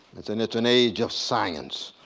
it's an it's an age of science.